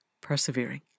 persevering